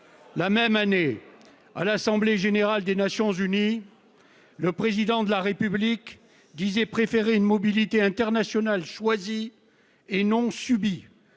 La même année, à l'Assemblée générale des Nations unies, le Président de la République disait préférer une mobilité internationale choisie et non subie,